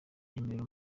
ryemerera